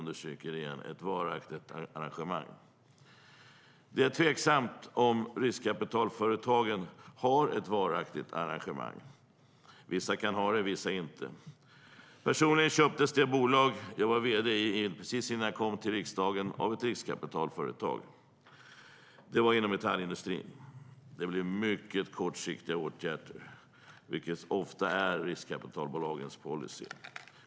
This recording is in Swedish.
Det är dock tveksamt om riskkapitalföretagen har ett varaktigt arrangemang. Vissa kan ha det, vissa inte. Precis innan jag kom in i riksdagen köptes det bolag inom metallindustrin som jag var vd i av ett riskkapitalföretag. Det blev sedan mycket kortsiktiga åtgärder, vilket ofta är riskkapitalbolagens policy.